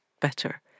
better